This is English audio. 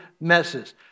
messes